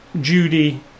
Judy